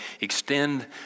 extend